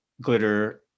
glitter